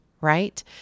right